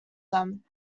them